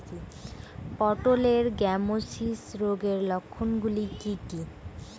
পটলের গ্যামোসিস রোগের লক্ষণগুলি কী কী?